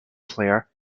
player